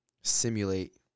simulate